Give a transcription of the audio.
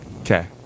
Okay